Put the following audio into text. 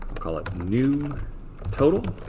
call it new total.